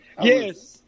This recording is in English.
Yes